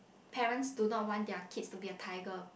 parents do not want their kid to be a tiger